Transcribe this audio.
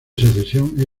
secesión